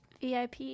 VIP